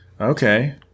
Okay